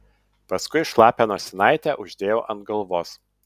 paskui šlapią nosinaitę uždėjau ant galvos